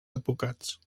advocats